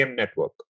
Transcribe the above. network